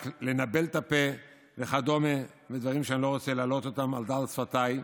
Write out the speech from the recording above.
לנבל את הפה וכדומה ודברים שאני לא רוצה לעלות אותם על דל שפתיי,